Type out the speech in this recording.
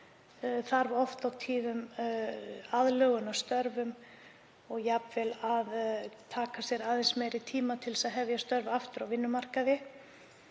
þarf oft og tíðum aðlögun að störfum og jafnvel að taka sér aðeins lengri tíma til þess að hefja aftur störf á vinnumarkaði.